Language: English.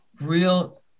real